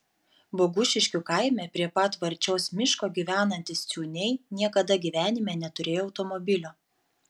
bogušiškių kaime prie pat varčios miško gyvenantys ciūniai niekada gyvenime neturėjo automobilio